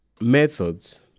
methods